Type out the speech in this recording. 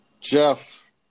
Jeff